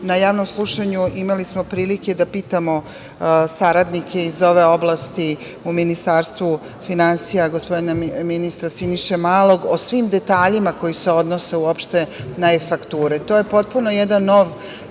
javnom slušanju imali smo prilike da pitamo saradnike iz ove oblasti u Ministarstvu finansija, gospodina ministra Siniše Malog, o svim detaljima koji se odnose uopšte na e-fakture. To je potpuno jedan novi